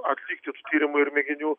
atlikti tų tyrimų ir mėginių